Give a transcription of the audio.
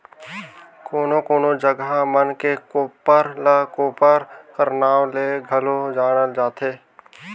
कोनो कोनो जगहा मन मे कोप्पर ल कोपर कर नाव ले घलो जानल जाथे